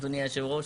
אדוני היושב-ראש,